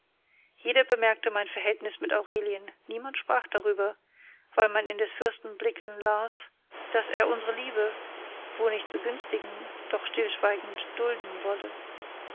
jeder bemerkte mein verhältnis mit aurelien niemand sprach darüber weil man in des fürsten blicken las daß er unsre liebe wo nicht begünstigen doch stillschweigend dulden wolle